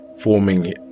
forming